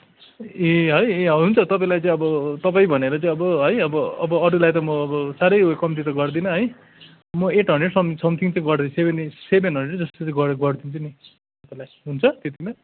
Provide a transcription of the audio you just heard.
ए है ए हुन्छ तपाईँलाई चाहिँ अब तपाईँ भनेर चाहिँ अब है अब अरूलाई त म अब साह्रै कम्ती त गर्दिन है म एट हन्ड्रेटसम्म समथिङ चाहिँ गर सेभेन ए सेभेन हन्ड्रेड जस्तो चाहिँ गरे गरिदिन्छु नि तपाईँलाई हुन्छ त्यतिमा